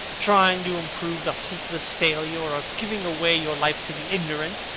trying to improve the hopeless failure, or giving away your life to the ignorant,